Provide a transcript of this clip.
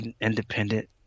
independent